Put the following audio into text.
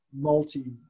multi